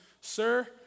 sir